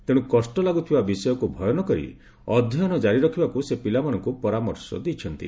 ତେଣୁ କଷ୍ଟ ଲାଗୁଥିବା ବିଷୟକୁ ଭୟ ନ କରି ଅଧ୍ୟୟନ ଜାରି ରଖିବାକୁ ସେ ପିଲାମାନଙ୍କୁ ପରାମର୍ଶ ଦେଇଛନ୍ତି